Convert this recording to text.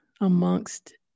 amongst